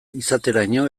izateraino